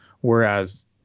whereas